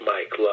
Mike